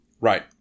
right